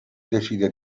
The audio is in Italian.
decide